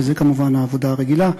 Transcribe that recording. שזו כמובן העבודה הרגילה.